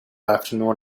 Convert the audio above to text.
afternoon